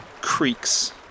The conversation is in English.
creaks